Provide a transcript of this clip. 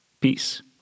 Peace